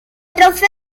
trofeo